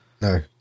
No